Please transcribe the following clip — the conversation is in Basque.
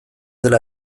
dela